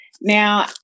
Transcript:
Now